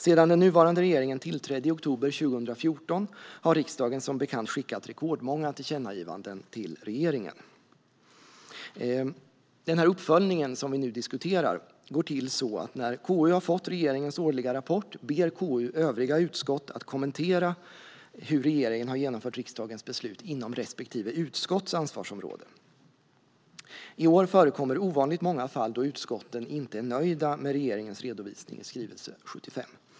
Sedan den nuvarande regeringen tillträdde i oktober 2014 har riksdagen som bekant skickat rekordmånga tillkännagivanden till regeringen. Uppföljningen, som vi nu diskuterar, går till så att när KU har fått regeringens årliga rapport ber KU övriga utskott att kommentera hur regeringen har genomfört riksdagens beslut inom respektive utskotts ansvarsområde. I år förekommer det ovanligt många fall då utskotten inte är nöjda med regeringens redovisning i skrivelse 75.